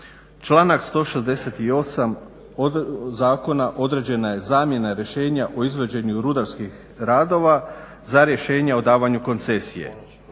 Članak 168. zakona određena je zamjena rješenja o izvođenju rudarskih radova za rješenja o davanju koncesije.